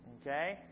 Okay